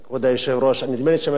נדמה לי שמגיעות לי חמש דקות,